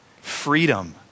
freedom